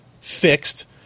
fixed